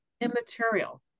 immaterial